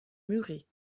murée